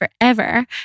forever